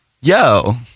yo